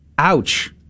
ouch